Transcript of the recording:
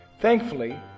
Thankfully